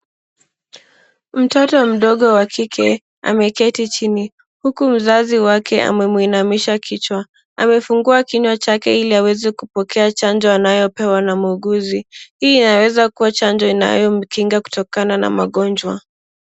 Mtoto mdogo wa kike ameketi chini huku mzazi wake amemuinamisha kichwa amefungua kinywa chake ili aweze kupokea chanjo anayopewa na muuguzi hii inaweza kuwa chanjo inayomkinga kutokana na magonjwa.